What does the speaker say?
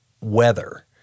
Weather